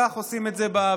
כך עושים את זה בוועדות.